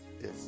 Yes